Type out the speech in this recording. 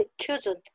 children